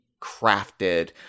crafted